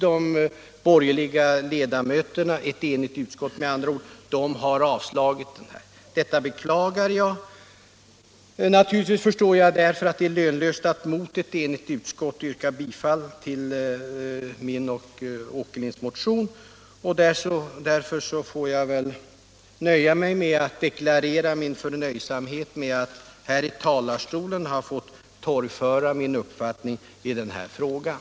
de borgerliga ledamöterna — ett enigt utskott med andra ord — avstyrkt vår motion. Detta beklagar jag. Naturligtvis förstår jag att det är lönlöst att mot ett enigt utskott yrka bifall till min och Allan Åkerlinds motion, och därför får jag väl inskränka mig till att deklarera min förnöjsamhet med att här i talarstolen ha fått torgföra min uppfattning i frågan.